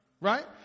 right